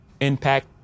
impact